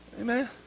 Amen